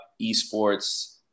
esports